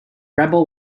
rebel